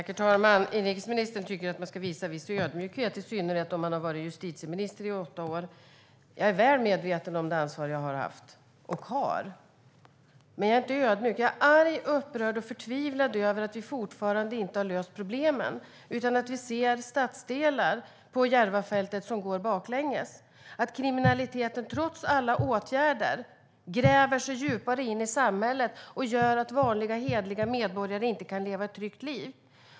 Herr talman! Inrikesministern tycker att man ska visa viss ödmjukhet, i synnerhet om man har varit justitieminister i åtta år. Jag är väl medveten om det ansvar jag har haft och har, men jag är inte ödmjuk. Jag är arg, upprörd och förtvivlad över att vi fortfarande inte har löst problemen utan att vi ser stadsdelar på Järvafältet som går baklänges, att kriminaliteten trots alla åtgärder gräver sig djupare in i samhället och gör att vanliga hederliga medborgare inte kan leva ett tryggt liv.